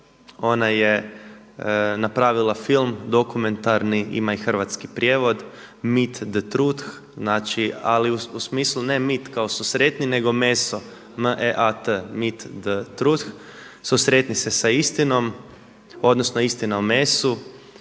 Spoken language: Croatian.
Ona je napravila film dokumentarni, ima i hrvatski prijevod „Meat the truth“ ali u smislu ne meet kao su sretni nego meso meat the truth, susretni se sa istinom odnosno istina o mesu